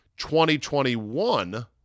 2021